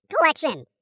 collection